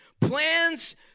Plans